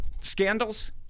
scandals